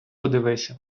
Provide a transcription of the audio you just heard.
подивися